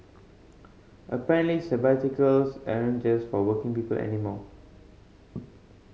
apparently sabbaticals aren't just for working people anymore